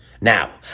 Now